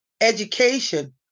education